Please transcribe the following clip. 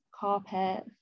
Carpet